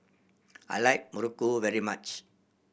I like muruku very much